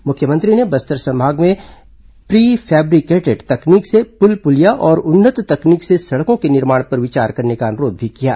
मुख्यमंत्री ने बस्तर संभाग में प्री फेब्रिकेटेड तकनीक से पुल पुलिया और उन्नत तकनीक से सड़कों के निर्माण पर विचार करने का अनुरोध किया है